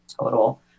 total